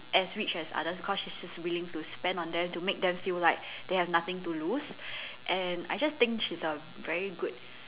as rich as others because she's just willing to spend on them to make them feel like they have nothing to lose and I just think she's a very good